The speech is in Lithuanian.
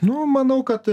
nu manau kad